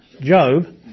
Job